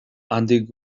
handik